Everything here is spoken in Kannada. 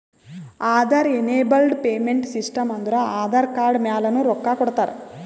ಆಧಾರ್ ಏನೆಬಲ್ಡ್ ಪೇಮೆಂಟ್ ಸಿಸ್ಟಮ್ ಅಂದುರ್ ಆಧಾರ್ ಕಾರ್ಡ್ ಮ್ಯಾಲನು ರೊಕ್ಕಾ ಕೊಡ್ತಾರ